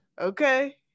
okay